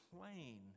plain